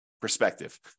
Perspective